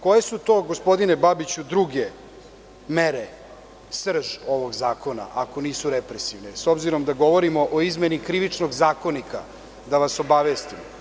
Koje su to, gospodine Babiću, druge mere srž ovog zakona, ako nisu represivne, s obzirom da govorimo o izmeni Krivičnog zakonika, da vas obavestim.